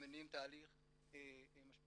מניעים תהליך משמעותי.